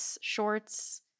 shorts